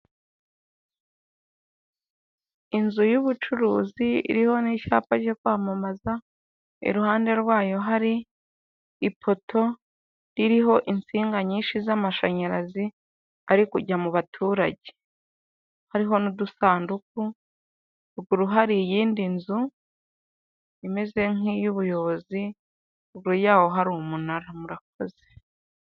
Inzu y'ubucuruzi iriho n'icyapa cyo kwamamaza, iruhande rwayo hari ipoto ririho insinga nyinshi z'amashanyarazi, ari kujya mu baturage. Hariho n'udusanduku, ruguru hari iyindi nzu, imeze nk' iy'ubuyobozi, ruguru yaho hari umunara, murakoze.